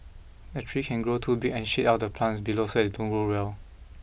a tree can grow too big and shade out the plants below so they don't grow well